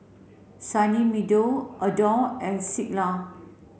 Sunny Meadow Adore and Singha